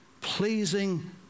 pleasing